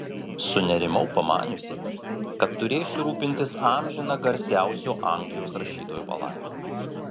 sunerimau pamaniusi kad turėsiu rūpintis amžina garsiausio anglijos rašytojo palaima